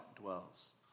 dwells